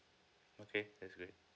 okay that's great